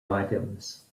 items